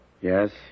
Yes